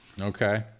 Okay